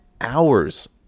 hours